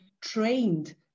trained